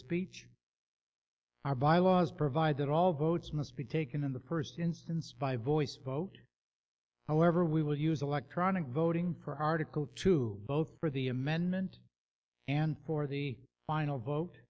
speech are bylaws provide that all votes must be taken in the first instance by voice vote however we will use electronic voting per article to vote for the amendment and for the final vote